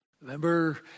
Remember